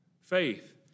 Faith